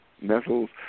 metals